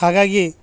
ಹಾಗಾಗಿ